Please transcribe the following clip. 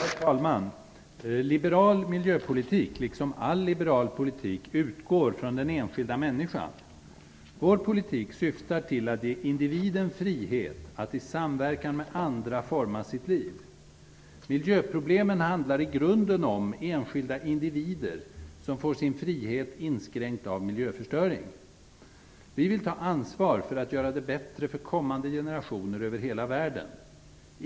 Herr talman! Liberal miljöpolitik, liksom all liberal politik, utgår från den enskilda människan. Vår politik syftar till att ge individen frihet att i samverkan med andra forma sitt liv. miljöproblemen handlar i grunden om enskilda individer som får sin frihet inskränkt av miljöförstöring. Vi vill ta ansvar för att göra det bättre för kommande generationer över hela världen.